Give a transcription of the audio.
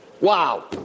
Wow